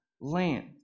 land